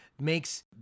makes